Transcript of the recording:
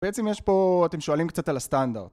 בעצם יש פה... אתם שואלים קצת על הסטנדרט